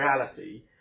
reality